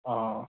आं